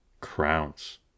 crowns